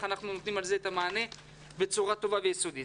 אנחנו נותנים את המענה לזה בצורה טובה ויסודית.